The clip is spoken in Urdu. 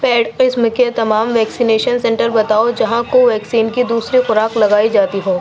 پِیڈ قسم کے تمام ویکسینیشن سنٹر بتاؤ جہاں کوویکسین کی دوسری خوراک لگائی جاتی ہو